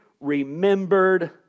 remembered